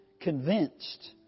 convinced